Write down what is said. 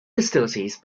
hostilities